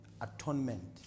Atonement